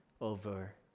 over